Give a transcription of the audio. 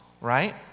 right